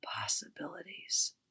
possibilities